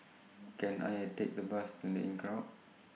Can I A Take The Bus in The Inncrowd